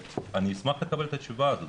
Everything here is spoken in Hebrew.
אשמח לקבל את התשובה על זה.